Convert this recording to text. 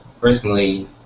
personally